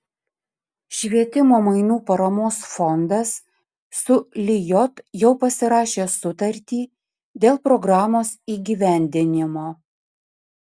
švietimo mainų paramos fondas su lijot jau pasirašė sutartį dėl programos įgyvendinimo